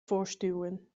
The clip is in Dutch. voortstuwen